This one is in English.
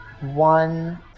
one